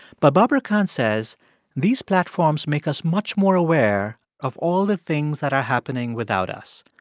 but barbara kahn says these platforms make us much more aware of all the things that are happening without us.